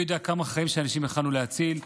מי יודע כמה חיים של אנשים יכולנו להציל,